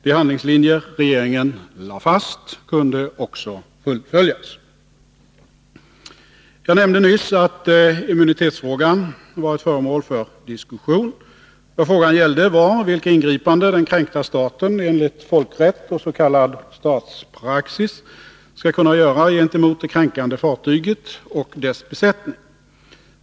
De handlingslinjer regeringen lade fast kunde också fullföljas. Jag nämnde nyss att immunitetsfrågan varit föremål för diskussion. Vad frågan gällde var vilka ingripanden den kränkta staten enligt folkrätt och s.k. statspraxis skall kunna göra gentemot det kränkande fartyget och dess besättning.